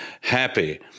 happy